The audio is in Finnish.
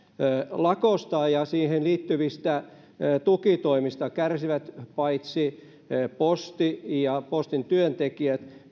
lakosta ja siihen liittyvistä tukitoimista kärsivät paitsi posti ja postin työntekijät